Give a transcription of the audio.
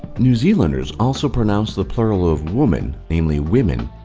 new zealanders also pronounce the plural of woman, namely, women,